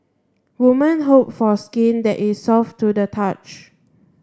woman hope for skin that is soft to the touch